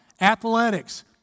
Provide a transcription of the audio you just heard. athletics